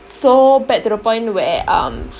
so bad to the point where um